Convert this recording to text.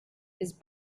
his